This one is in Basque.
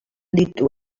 ditu